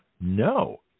No